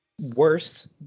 worse